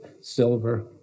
silver